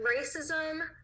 racism